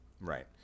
Right